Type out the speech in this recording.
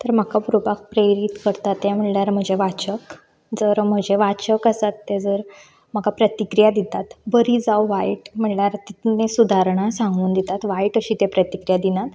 तर म्हाका बरोपाक प्रेरीत करता तें म्हणल्यार ते वाचक जर म्हजे वाचक आसात ते जर म्हाका प्रतिक्रिया दितात बरी जावं वायट म्हणल्यार तितून जी सुदारणा सांगून दितात वायट अशी ते प्रतिक्रिया दिनात